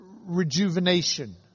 rejuvenation